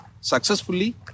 successfully